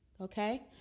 Okay